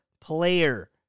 player